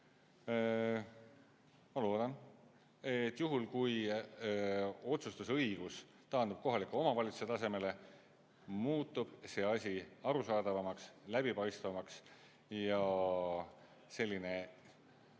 Ma loodan, et juhul kui otsustusõigus taandub kohaliku omavalitsuse tasemele, muutub see asi arusaadavamaks, läbipaistvamaks ja selline